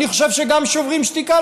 אני חושב שגם שוברים שתיקה,